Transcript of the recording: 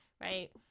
right